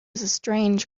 strange